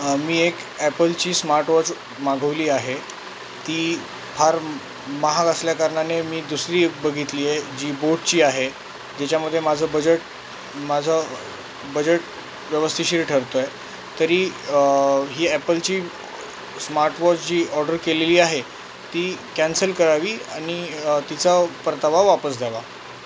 मी एक ॲपलची smart watch मागवली आहे ती फार महाग असल्याकारणाने मी दुसरी एक बघितली आहे जी बोटची आहे ज्याच्यामध्ये माझं बजेट माझं बजेट व्यवस्थितशीर ठरतो आहे तरी ही ॲपलची स्मार्ट वॉच जी ऑर्डर केलेली आहे ती कॅन्सल करावी आणि तिचा परतावा वापस द्यावा